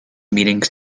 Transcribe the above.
meetings